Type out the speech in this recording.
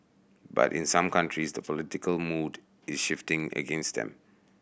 but in some countries the political mood is shifting against them